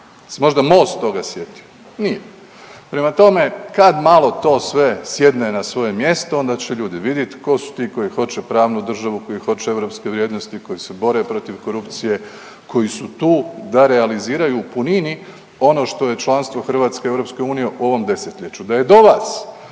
možda MOST toga sjetio? Nije. Prema tome, kad malo to sve sjedne na svoje mjesto onda će ljudi vidjeti tko su ti koji hoće pravnu državu, koji hoće europske vrijednosti, koji se bore protiv korupcije, koji su tu da realiziraju u punini ono što je članstvo Hrvatske u EU u ovom desetljeću. Da je do vas,